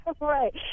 Right